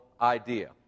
idea